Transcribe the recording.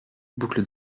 boucle